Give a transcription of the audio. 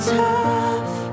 tough